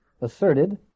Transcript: asserted